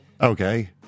Okay